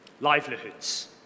livelihoods